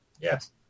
Yes